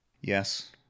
Yes